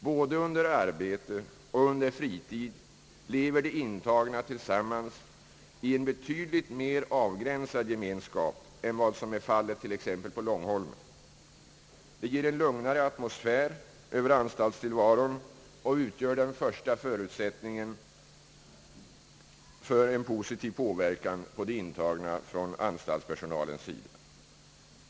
Både under arbete och under fritid lever de intagna tillsammans i en betydligt mer avgränsad gemenskap än vad som är fallet t.ex. på Långholmen. Detta ger en lugnare atmosfär över anstaltstillvaron och utgör den första för utsättningen för positiv påverkan på de intagna från <anstaltspersonalens sida.